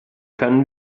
können